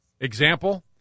Example